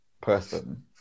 person